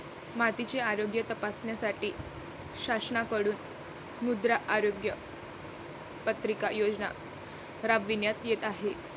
मातीचे आरोग्य तपासण्यासाठी शासनाकडून मृदा आरोग्य पत्रिका योजना राबविण्यात येत आहे